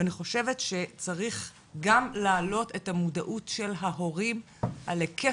אני חושבת שצריך גם להעלות את המודעות של ההורים על היקף,